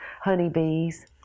honeybees